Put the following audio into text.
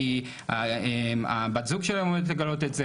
כי הבת זוג שלהם עומדת לגלות את זה,